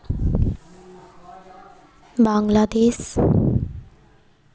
Bangladesh